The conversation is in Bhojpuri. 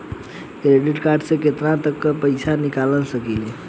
क्रेडिट कार्ड से केतना तक पइसा निकाल सकिले?